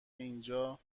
اینجا